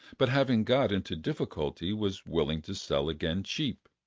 but having got into difficulties was willing to sell again cheap.